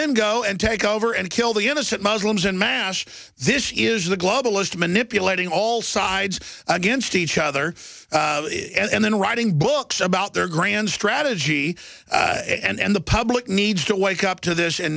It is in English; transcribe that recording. then go and take over and kill the innocent muslims and mash this is the globalist manipulating all sides against each other and then writing books about their grand strategy and the public needs to wake up to this and